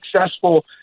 successful